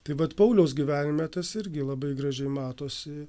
tai vat pauliaus gyvenime tas irgi labai gražiai matosi